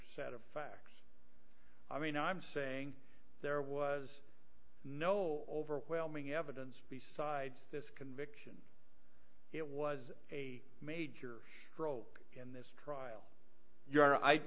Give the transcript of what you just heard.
set of facts i mean i'm saying there was no overwhelming evidence besides this conviction it was a major stroke in this trial you are i